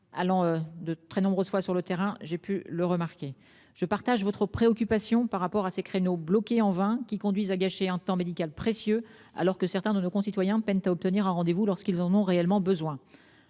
alors de très nombreux soit sur le terrain, j'ai pu le remarquer, je partage votre préoccupation par rapport à ces créneaux bloqué en vain qui conduisent à gâcher un temps médical précieux alors que certains de nos concitoyens peinent à obtenir un rendez-vous lorsqu'ils en ont réellement besoin.